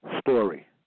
story